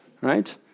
right